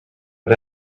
but